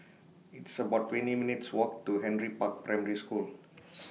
It's about twenty minutes' Walk to Henry Park Primary School